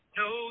no